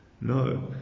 No